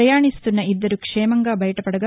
పయాణిస్తున్న ఇద్దరు క్షేమంగా బయటపడగా